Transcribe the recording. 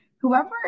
whoever